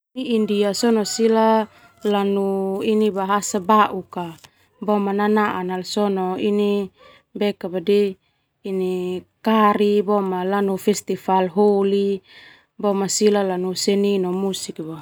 India sona sila lanu ini bahasa bauk boema nanaa sona ini kari boma lanu festival Holi boema lanu seni no musik.